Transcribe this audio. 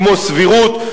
כמו סבירות,